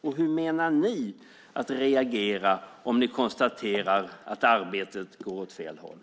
Och hur kommer ni att reagera om ni konstaterar att arbetet går åt fel håll?